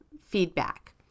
feedback